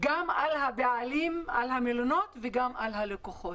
גם על המלונות וגם על הלקוחות.